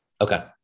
Okay